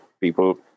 people